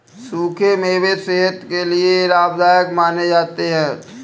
सुखे मेवे सेहत के लिये लाभदायक माने जाते है